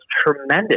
tremendous